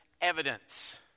evidence